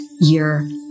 year